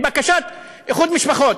עם בקשת איחוד משפחות.